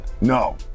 No